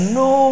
no